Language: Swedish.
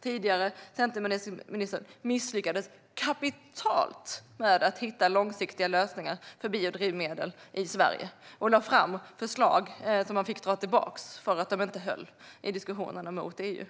Tidigare centerministern misslyckades kapitalt med att hitta långsiktiga lösningar för biodrivmedel i Sverige och lade fram förslag som man fick dra tillbaka för att de inte höll i diskussionerna med EU.